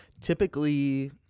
Typically